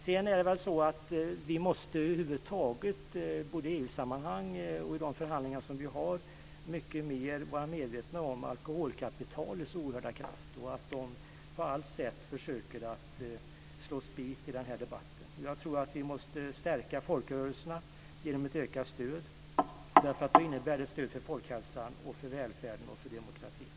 Sedan är det väl så att vi över huvud taget, både i EU-sammanhang och i de förhandlingar som vi har, måste vara mycket mer medvetna om alkoholkapitalets oerhörda kraft och att man därifrån på alla sätt försöker att slå spik i den här debatten. Jag tror att vi måste stärka folkrörelserna genom ett ökat stöd, därför att det innebär ett stöd för folkhälsan, för välfärden och för demokratin.